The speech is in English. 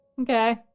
Okay